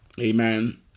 Amen